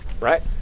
Right